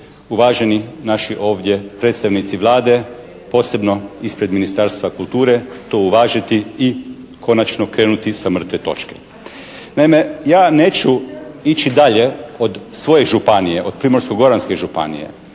uvaženi naši ovdje predstavnici Vlade, posebno ispred Ministarstva kulture to uvažiti i konačno krenuti sa mrtve točke. Naime, ja neću ići dalje od svoje županije, od Primorsko-goranske županije.